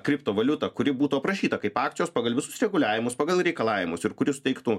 kriptovaliutą kuri būtų aprašyta kaip akcijos pagal visus reguliavimus pagal reikalavimus ir kuri suteiktų